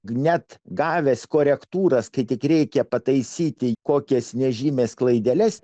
net gavęs korektūras kai tik reikia pataisyti kokias nežymias klaideles